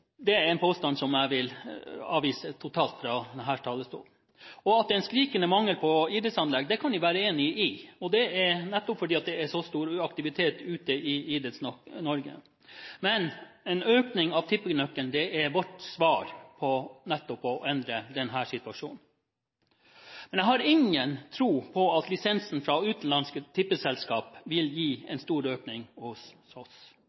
Det er en påstand jeg totalt vil avvise fra denne talerstolen. At det er en skrikende mangel på idrettsanlegg kan jeg være enig i, og det er fordi det er så stor aktivitet ute i Idretts-Norge. En økning i andelen av tippenøkkelen er vårt svar for å endre denne situasjonen. Jeg har ingen tro på at lisensen fra utenlandske tippeselskaper vil gi en stor økning hos oss.